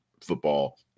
football